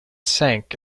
sank